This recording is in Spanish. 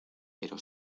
pero